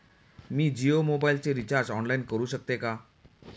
मी जियो मोबाइलचे recharge online करू शकते का?